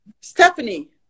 stephanie